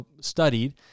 studied